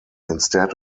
instead